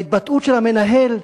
ההתבטאות של המנהל,